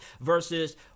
versus